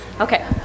Okay